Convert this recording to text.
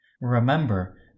Remember